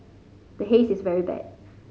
the Haze is very bad